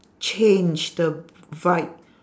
change the v~ vibe